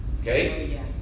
Okay